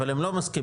אבל הם לא מסכימים.